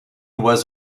was